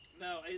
No